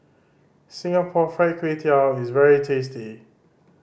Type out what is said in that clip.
Singapore Fried Kway Tiao is very tasty